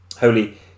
holy